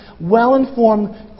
well-informed